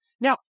Now